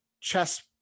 chess